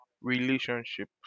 relationship